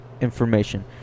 Information